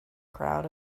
crowd